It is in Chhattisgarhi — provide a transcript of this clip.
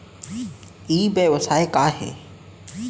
ई व्यवसाय का हे?